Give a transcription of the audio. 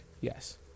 yes